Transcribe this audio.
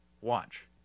Watch